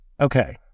okay